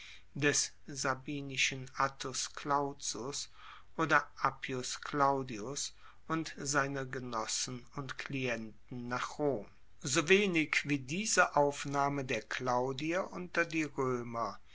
des sabinischen attus clauzus oder appius claudius und seiner genossen und klienten nach rom so wenig wie diese aufnahme der claudier unter die roemer